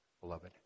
beloved